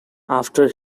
after